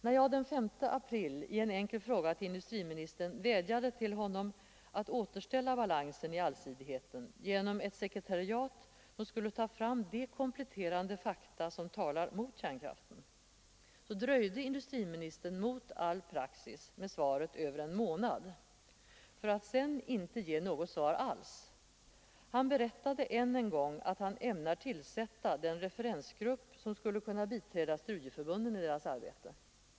När jag den 5 april i en enkel fråga vädjade till industriministern att återställa balansen i allsidigheten genom ett sekretariat som skulle ta fram de kompletterande fakta som talar emot kärnkraften dröjde industriministern mot all praxis med svaret över en månad för att sedan inte ge något svar alls. Han berättade än en gång att han ämnar tillsätta den referensgrupp som skulle biträda studieförbunden i deras arbete.